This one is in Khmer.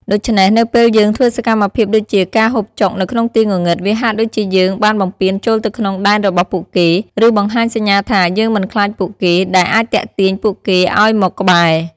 ដូច្នេះ នៅពេលយើងធ្វើសកម្មភាពដូចជាការហូបចុកនៅក្នុងទីងងឹត វាហាក់ដូចជាយើងបានបំពានចូលទៅក្នុងដែនរបស់ពួកគេ ឬបង្ហាញសញ្ញាថា យើងមិនខ្លាចពួកគេ ដែលអាចទាក់ទាញពួកគេឲ្យមកក្បែរ ។